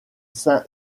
saint